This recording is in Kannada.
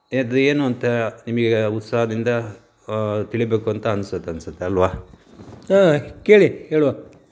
ಅದು ಏನು ಅಂತಾ ನಮಿಗೆ ಉತ್ಸಾಹದಿಂದ ತಿಳಿಬೇಕು ಅಂತ ಅನ್ಸುತ್ತೆ ಅನ್ಸುತ್ತೆ ಅಲ್ವಾ ಆಂ ಕೇಳಿ ಹೇಳುವ